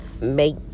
Make